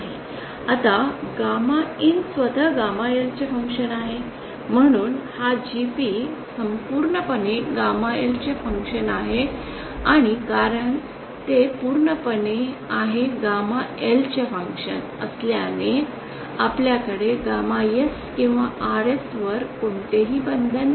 आता gamma IN स्वतः gamma L चे फंक्शन आहे म्हणून हा GP संपूर्णपणे गॅमा L चे फंक्शन आहे आणि कारण ते पूर्णपणे आहे गॅमा L चे फंक्शन असल्याने आपल्याकडे गॅमा S किंवा RS वर कोणतेही बंधन नाही